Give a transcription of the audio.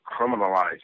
criminalize